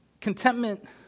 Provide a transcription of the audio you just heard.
Contentment